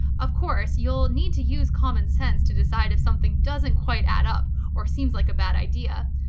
of course, you'll need to use common sense to decide if something doesn't quite add up or seems like a bad idea.